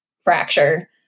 fracture